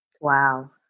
Wow